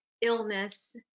illness